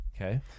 okay